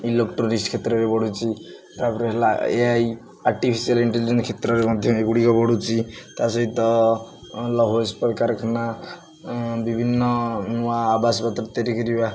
electronics କ୍ଷେତ୍ରରେ ବିଢ଼ୁଛି ତା'ପରେ ହେଲା ଏ ଆଇ ଆର୍ଟିଫିସିଆଲ ଇଣ୍ଟେଲିଜେନସ୍ କ୍ଷେତ୍ରରେ ମଧ୍ୟ ଏଗୁଡ଼ିକ ବଢ଼ୁଛି ତା ସହିତ ବିଭିନ୍ନ ନୂଆ ଆବାସପତ୍ର ତିଆରି କରିବା